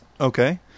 Okay